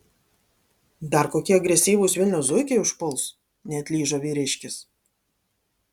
dar kokie agresyvūs vilniaus zuikiai užpuls neatlyžo vyriškis